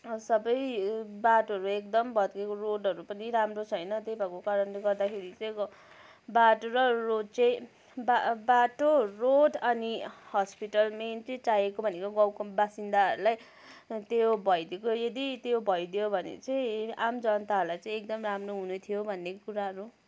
सबै बाटोहरू एकदम भत्किएको रोडहरू पनि राम्रो छैन त्यही भएको कारणले गर्दाखेरि चाहिँ बाटो र रोड चाहिँ बाटो बाटो रोड अनि हस्पिटल मेन चाहिँ चाहिएको भनेको गाउँको बासिन्दाहरूलाई त्यो भइदिएको भए यदि त्यो भइदियो भने चाहिँ आम जनताहरूलाई चाहिँ एकदम राम्रो हुने थियो भन्ने कुराहरू